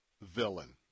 villain